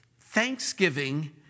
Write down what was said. thanksgiving